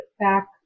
back